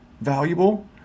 valuable